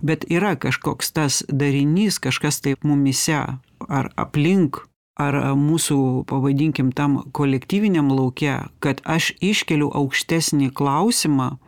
bet yra kažkoks tas darinys kažkas taip mumyse ar aplink ar mūsų pavadinkim tam kolektyviniam lauke kad aš iškėliu aukštesnį klausimą